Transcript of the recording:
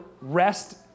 rest